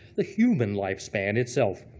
the human lifespan itself.